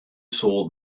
saw